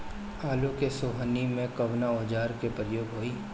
आलू के सोहनी में कवना औजार के प्रयोग होई?